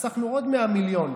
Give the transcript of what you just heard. חסכנו עוד 100 מיליון.